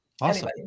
Awesome